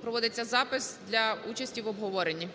проводиться запис для участі в обговоренні.